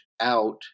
out